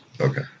Okay